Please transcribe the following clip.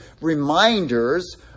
reminders